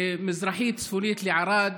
מזרחית-צפונית לערד,